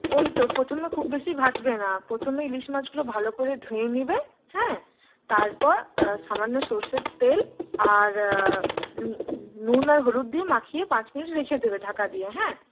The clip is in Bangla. ওই তো প্রথমে খুব বেশি ভাজবে না প্রথমে ইলিশ মাছগুলো ভালো করে ধুয়ে নেবে হ্যাঁ তারপর সামান্য সরষের তেল আর নুন আর হলুদ দিয়ে মাখিয়ে পাঁচ মিনিট রেখে দেবে ঢাকা দিয়ে হ্যাঁ